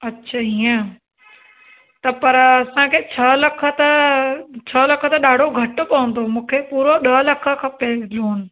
अच्छा हीअं त पर असांखे छह लख त छह लख त ॾाढो घटि पवंदो मूंखे पूरो ॾह लख खपे लोन